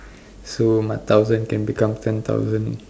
so my thousand can become ten thousand